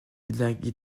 bilingue